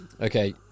Okay